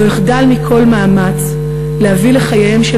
לא אחדל מכל מאמץ להביא לחייהם של